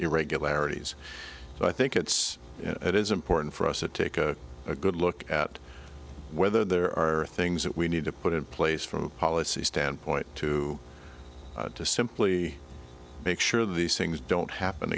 irregularities so i think it's it is important for us to take a good look at whether there are things that we need to put in place from a policy standpoint to to simply make sure these things don't happen